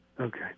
Okay